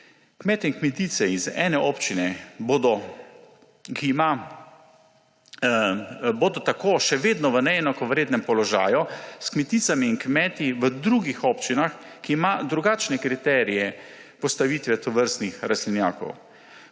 Kmeti in kmetice iz ene občine bodo tako še vedno v neenakovrednem položaju s kmeticami in kmeti v drugih občinah, ki ima drugačne kriterije postavitve tovrstnih rastlinjakov.